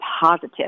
positive